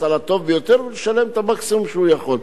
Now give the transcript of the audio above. על הטוב ביותר ולשלם את המקסימום שהוא יכול.